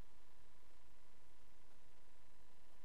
שאני,